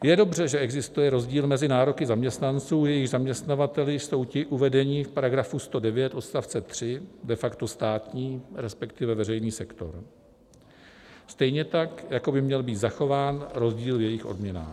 Je dobře, že existuje rozdíl mezi nároky zaměstnanců, jejichž zaměstnavateli jsou ti uvedení v § 109 odst. 3, de facto státní, respektive veřejný sektor, stejně tak jako by měl být zachován rozdíl v jejich odměnách.